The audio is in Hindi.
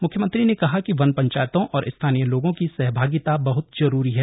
मुख्यमंत्री ने कहा कि वन पंचायतों और स्थानीय लोगों की सहभागिता बहत जरूरी है